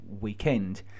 weekend